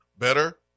Better